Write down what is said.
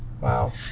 Wow